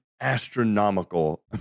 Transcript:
astronomical